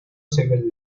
civil